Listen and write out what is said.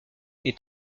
est